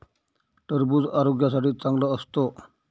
टरबूज आरोग्यासाठी चांगलं असतं